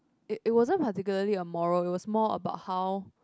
it it wasn't particularly on moral it was more about how